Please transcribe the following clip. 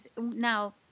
Now